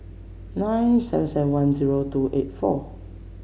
nine seven seven one zero two eight four